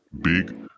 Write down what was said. big